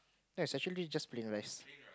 that's actually just plain rice